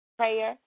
prayer